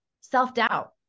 self-doubt